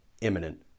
imminent